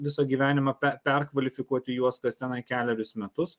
visą gyvenimą per perkvalifikuoti juos kas tenai kelerius metus